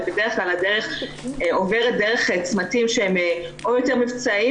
בדרך כלל הדרך עוברת דרך צמתים שהם או יותר מבצעיים,